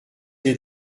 des